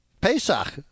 Pesach